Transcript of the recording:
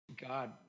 god